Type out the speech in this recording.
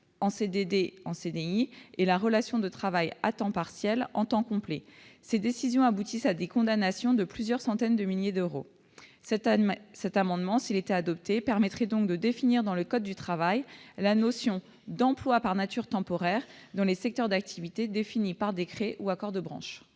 le CDD en CDI et la relation de travail à temps partiel en temps complet. Ces décisions aboutissent à des condamnations de plusieurs centaines de milliers d'euros. Cet amendement, s'il était adopté, permettrait donc de définir dans le code du travail la notion d'emploi par nature temporaire dans les secteurs d'activité définis par décret ou accord de branche.